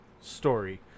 story